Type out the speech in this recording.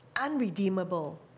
unredeemable